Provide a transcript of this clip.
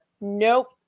nope